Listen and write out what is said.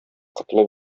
котлы